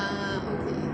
ah okay